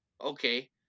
okay